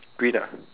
green ah